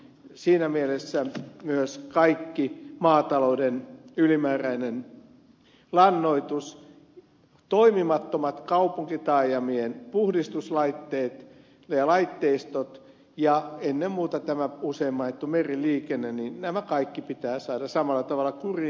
siinä mielessä myös kaikki maatalouden ylimääräinen lannoitus toimimattomat kaupunkitaajamien puhdistuslaitteet ja laitteistot ja ennen muuta tämä usein mainittu meriliikenne nämä kaikki pitää saada samalla tavalla kuriin